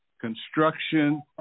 construction